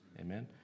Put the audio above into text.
Amen